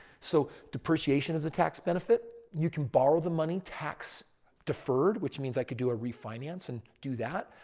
so, depreciation is a tax benefit. you can borrow the money tax deferred. which means i could do a refinance and do that.